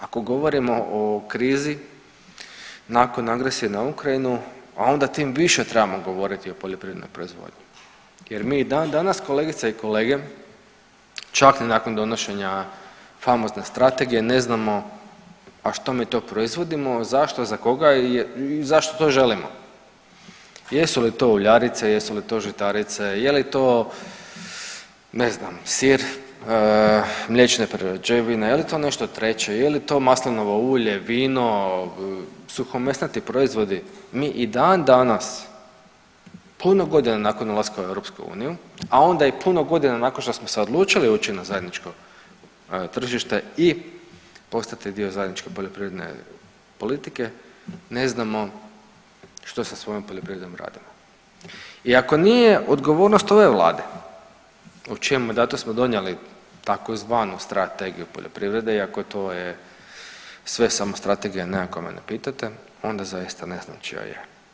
Ako govorimo o krizi nakon agresije na Ukrajinu, a onda tim više trebamo govoriti o poljoprivrednoj proizvodnji jer mi i dan danas kolegice i kolege čak ni nakon donošenja famozne strategije ne znamo a što mi to proizvodimo, zašto, za koga i zašto to želimo, jesu li to uljarice, jesu li to žitarice, je li to ne znam sir, mliječne prerađevine, je li to nešto treće ili je to maslinovo ulje, vino, suhomesnati proizvodi, mi i dan danas puno godina nakon ulaska u EU, a onda i puno godina nakon što smo se odlučili ući na zajedničko tržište i postati dio zajedničke poljoprivredne politike ne znamo što sa svojom poljoprivrednom radimo i ako nije odgovornost ove vlade u čijem mandatu smo donijeli tzv. Strategiju poljoprivrede, iako to je sve samo strategija ne ako mene pitate onda zaista ne znam čija je.